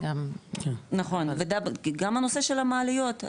נכון וגם הנושא של המעליות,